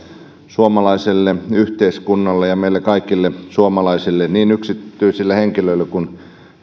suomalaiselle yhteiskunnalle ja meille kaikille suomalaisille niin yksityisille henkilöille kuin